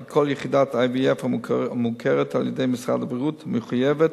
כי כל יחידת IVF המוכרת על-ידי משרד הבריאות מחויבת